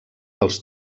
pels